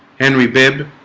henry bibb